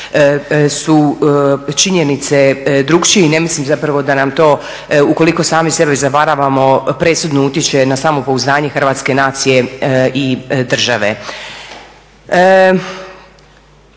su činjenice drukčije. Ne mislim zapravo da nam to ukoliko sami sebe zavaravamo presudno utječe na samopouzdanje hrvatske nacije i države.